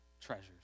Treasures